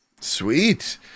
Sweet